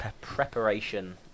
preparation